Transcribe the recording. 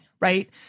Right